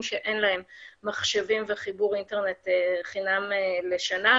שאין להם מחשבים וחיבור לאינטרנט חינם לשנה,